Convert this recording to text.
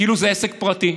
כאילו זה עסק פרטי.